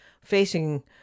facing